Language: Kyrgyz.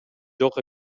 жок